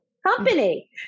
company